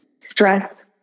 stress